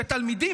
שתלמידים,